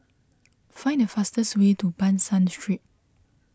find the fastest way to Ban San Street